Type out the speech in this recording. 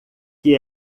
que